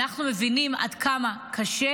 אנחנו מבינים עד כמה קשה,